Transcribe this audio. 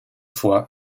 fois